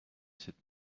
cette